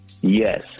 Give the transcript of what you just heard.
yes